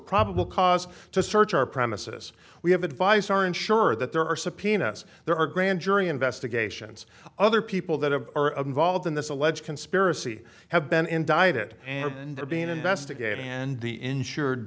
probable cause to search our premises we have advised our ensure that there are subpoenas there are grand jury investigations other people that have involved in this alleged conspiracy have been indicted and they're being investigated and the insured